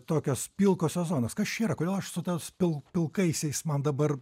tokios pilkosios zonos kas čia yra kodėl aš su tais pilku pilkaisiais man dabar